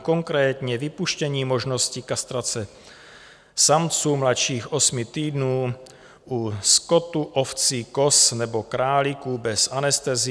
Konkrétně vypuštění možnosti kastrace samců mladších osmi týdnů u skotu, ovcí, koz nebo králíků bez anestezie.